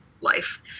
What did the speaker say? life